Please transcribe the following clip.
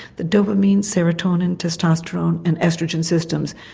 the dopamine, serotonin, testosterone and oestrogen systems.